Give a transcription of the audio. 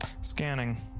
Scanning